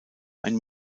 ein